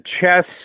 chess